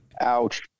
ouch